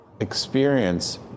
experience